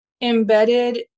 embedded